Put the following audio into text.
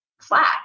flat